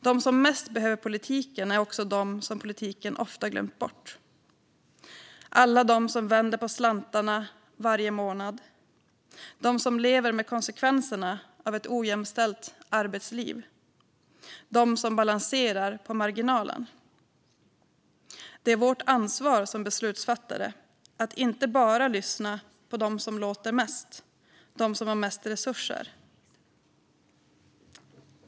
De som mest behöver politiken är också de som politiken ofta glömmer bort: alla de som vänder på slantarna varje månad, de som lever med konsekvenserna av ett ojämställt arbetsliv och de som balanserar på marginalen. Det är vårt ansvar som beslutsfattare att inte bara lyssna på dem som låter mest och som har mest resurser.